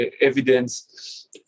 evidence